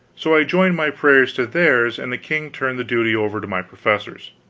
so i joined my prayers to theirs and the king turned the duty over to my professors.